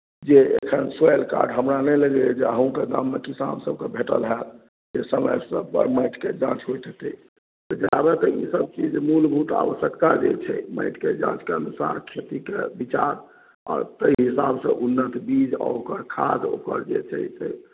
जे एखन soil card हमरा नहि लगैए जे अहूँके गाममे किसान सभकेँ भेटल हैत जे समयपर माटिके जाँच होइत हेतै तऽ जाबे तक ईसभ चीज मूलभूत आवश्यकता जे छै माटिके जाँचके अनुसार खेतिके विचार आओर ताहि हिसाबसँ उन्नत बीज आओर ओकर खाद आओर ओकर जे छै से